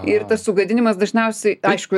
ir tas sugadinimas dažniausiai aišku